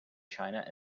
china